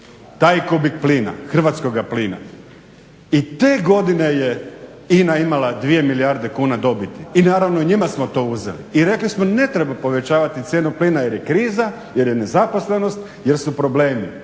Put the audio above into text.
taj kubik plina, hrvatskoga plina. I te godine je INA imala 2 milijarde kuna dobiti. I naravno i njima smo to uzeli i rekli smo ne treba povećavati cijenu plina jer je kriza, jer je nezaposlenost, jer su problemi